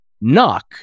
Knock